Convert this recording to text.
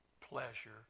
pleasure